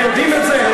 אתם יודעים את זה?